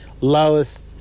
lowest